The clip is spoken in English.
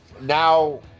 now